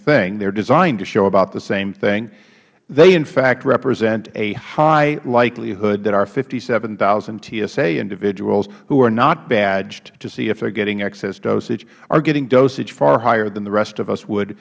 thing they are designed to show about the same thing they in fact represent a high likelihood that our fifty seven thousand tsa individuals who are not badged to see if they are getting excess dosage are getting dosage far higher than the rest of us would